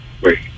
wait